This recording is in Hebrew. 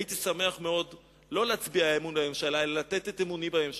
הייתי שמח מאוד לא להצביע אי-אמון בממשלה אלא לתת את אמוני בממשלה,